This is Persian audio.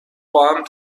باهم